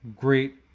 great